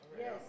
Yes